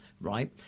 Right